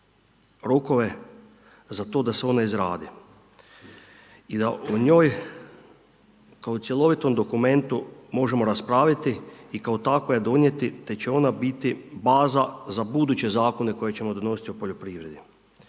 rokove za to da se one izrade i da o njoj kao cjelovitom dokumentu možemo raspraviti i kao takve donijeti te će ona biti baza za buduće zakone koje ćemo donositi u poljoprivredi.